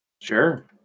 Sure